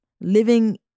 living